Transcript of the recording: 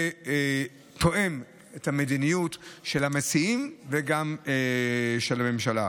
זה גם תואם את המדיניות של המציעים וגם של הממשלה.